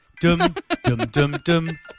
dum-dum-dum-dum